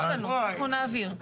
אנחנו נעביר.